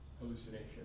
hallucination